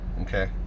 okay